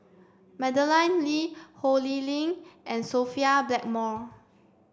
Madeleine Lee Ho Lee Ling and Sophia Blackmore